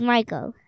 Michael